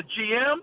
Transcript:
GM